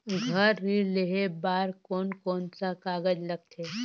घर ऋण लेहे बार कोन कोन सा कागज लगथे?